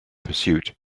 pursuit